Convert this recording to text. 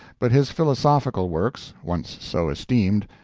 but his philosophical works, once so esteemed,